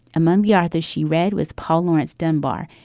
among the authors she read was paul laurence dunbar.